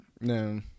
no